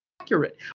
accurate